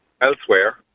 elsewhere